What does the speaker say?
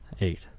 Eight